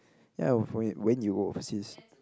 yeah for when when you go overseas